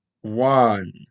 one